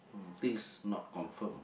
things not confirm